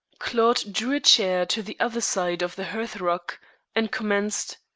claude drew a chair to the other side of the hearthrug, and commenced